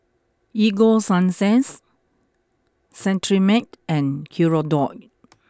Ego Sunsense Cetrimide and Hirudoid